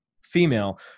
female